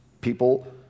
People